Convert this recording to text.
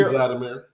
Vladimir